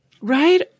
Right